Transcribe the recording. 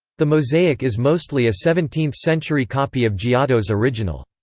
the mosaic is mostly a seventeenth century copy of giotto's original.